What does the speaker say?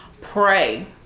pray